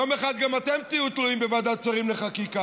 יום אחד גם אתם תהיו תלויים בוועדת שרים לחקיקה.